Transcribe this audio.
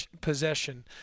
possession